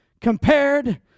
Compared